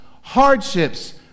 hardships